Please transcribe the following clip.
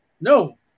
No